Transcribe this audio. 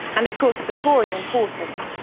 and of course the core is important.